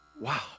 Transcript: Wow